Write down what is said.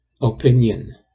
Opinion